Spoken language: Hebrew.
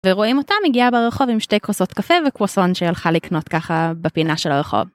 ורואים אותה מגיעה ברחוב עם שתי כוסות קפה וקרואסון שהיא הלכה לקנות ככה בפינה של הרחוב.